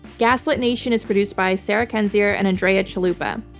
gaslit nation is produced by sarah kendzior and andrea chalupa.